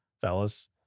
Fellas